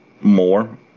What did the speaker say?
more